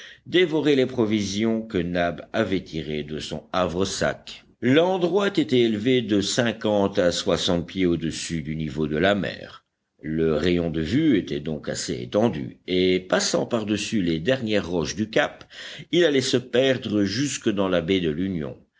dévoraient les provisions que nab avait tirées de son havre sac l'endroit était élevé de cinquante à soixante pieds au-dessus du niveau de la mer le rayon de vue était donc assez étendu et passant par-dessus les dernières roches du cap il allait se perdre jusque dans la baie de l'union